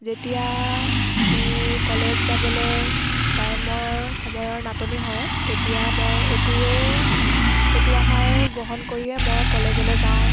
যেতিয়া মোৰ কলেজ যাবলৈ টাইমৰ সময়ৰ নাটনি হয় তেতিয়া মই এইটোৱে এইটো আহাৰ গ্ৰহণ কৰিয়ে মই কলেজলৈ যাওঁ